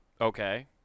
Okay